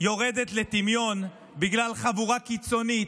יורדת לטמיון בגלל חבורה קיצונית,